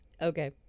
okay